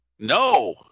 No